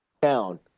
down